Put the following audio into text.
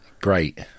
Great